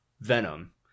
Venom